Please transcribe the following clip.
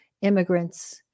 immigrants